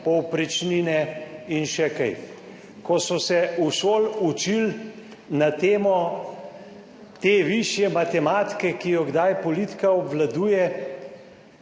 povprečnine in še kaj. Ko so se v šoli učili na temo te višje matematike, ki jo kdaj politika obvladuje,